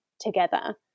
together